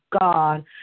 God